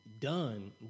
done